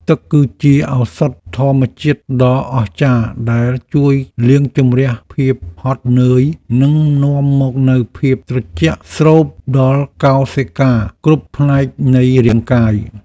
ទឹកគឺជាឱសថធម្មជាតិដ៏អស្ចារ្យដែលជួយលាងជម្រះភាពហត់នឿយនិងនាំមកនូវភាពត្រជាក់ស្រេបដល់កោសិកាគ្រប់ផ្នែកនៃរាងកាយ។